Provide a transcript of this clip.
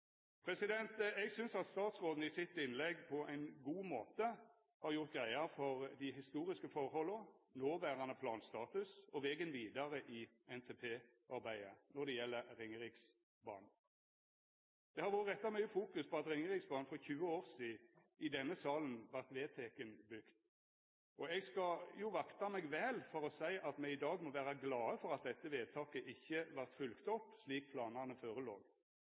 Eg synest at når det gjeld Ringeriksbanen, har statsråden i sitt innlegg på ein god måte gjort greie for dei historiske forholda, noverande planstatus og vegen vidare i NTP-arbeidet. Det har vore fokusert mykje på at Ringeriksbanen for 20 år sidan i denne salen vart vedteken bygd. Eg skal jo vakta meg vel for å seia at me i dag må vera glade for at dette vedtaket ikkje vart følgt opp slik planane førelåg.